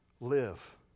live